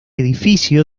edificio